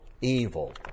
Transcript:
evil